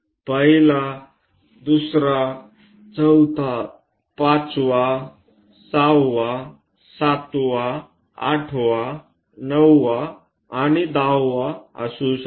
पहिला दुसरा तिसरा चौथा 5 वा 6 वा 7 वा 8वा 9वा आणि 10वा असू शकते